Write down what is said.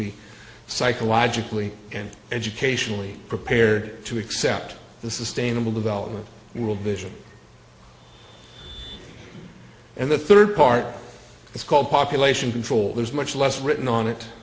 be psychologically and educationally prepared to accept the sustainable development will beijing and the third part it's called population control there's much less written on it